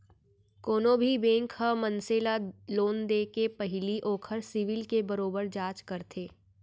कोनो भी बेंक ह मनसे ल लोन देके पहिली ओखर सिविल के बरोबर जांच करथे